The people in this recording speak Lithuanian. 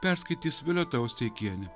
perskaitys violeta osteikienė